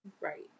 Right